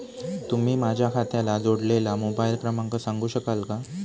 तुम्ही माझ्या खात्याला जोडलेला मोबाइल क्रमांक सांगू शकाल का?